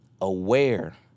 aware